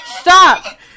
Stop